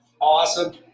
Awesome